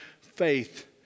faith